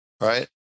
Right